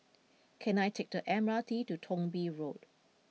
can I take the M R T to Thong Bee Road